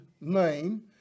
name